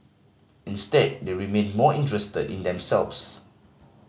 instead they remained more interested in themselves